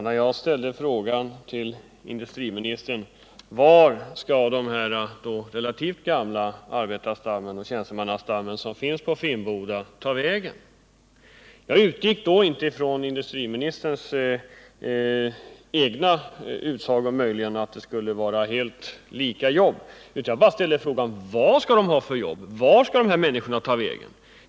Herr talman! När jag frågade industriministern vart den här relativt gamla arbetaroch tjänstemannastammen på Finnboda skall ta vägen utgick jag inte ifrån industriministerns egna utsagor om att det skulle vara helt lika jobb, utan jag ställde bara frågan: Vad skall dessa människor få för jobb? Vart skall de ta vägen?